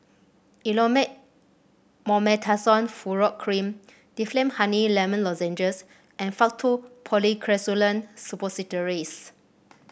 Elomet Mometasone Furoate Cream Difflam Honey Lemon Lozenges and Faktu Policresulen Suppositories